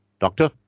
doctor